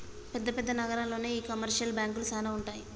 పెద్ద పెద్ద నగరాల్లోనే ఈ కమర్షియల్ బాంకులు సానా ఉంటాయి